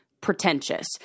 pretentious